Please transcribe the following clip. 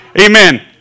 Amen